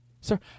Sir